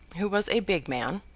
who was a big man,